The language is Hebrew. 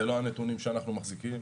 זה לא הנתונים שאנחנו מחזיקים.